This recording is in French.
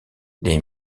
les